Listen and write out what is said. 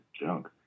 junk